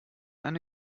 eine